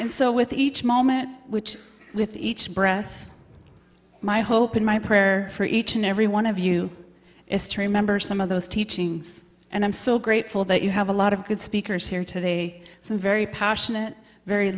thanks so with each moment which with each breath my hope and my prayer for each and every one of you is true members some of those teachings and i'm so grateful that you have a lot of good speakers here today some very passionate very